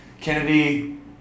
Kennedy